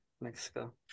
Mexico